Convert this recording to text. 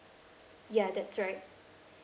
ya that's right